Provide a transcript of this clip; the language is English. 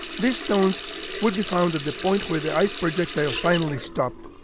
these stones would be found at the point where the ice projectile finally stopped,